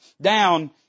down